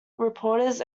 reporters